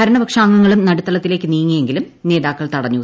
ഭരണപക്ഷാംഗങ്ങളും നടുത്തളത്തിലേക്ക് നീങ്ങിയെങ്കിലും നേതാക്കൾ തടഞ്ഞു